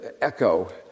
echo